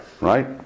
Right